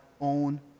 own